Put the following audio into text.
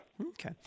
Okay